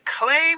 claim